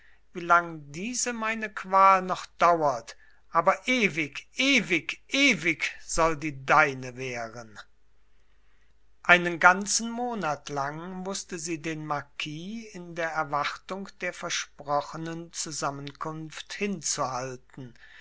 lang diese meine qual noch dauert aber ewig ewig ewig soll die deine währen einen ganzen monat lang wußte sie den marquis in der erwartung der versprochenen zusammenkunft hinzuhalten